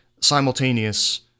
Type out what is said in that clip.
simultaneous